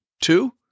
Two